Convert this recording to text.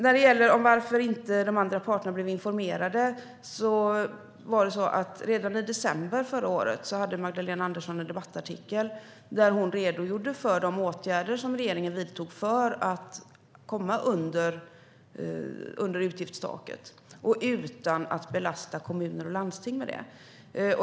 När det gäller varför de andra parterna inte blev informerade var det så att redan i december förra året redogjorde Magdalena Andersson i en debattartikel för de åtgärder som regeringen vidtog för att komma under utgiftstaket utan att belasta kommuner och landsting.